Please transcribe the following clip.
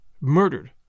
Murdered